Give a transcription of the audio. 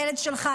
הילד שלך,